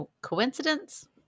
coincidence